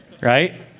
right